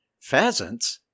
Pheasants